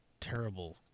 terrible